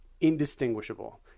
Indistinguishable